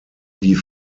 die